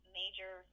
major